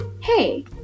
hey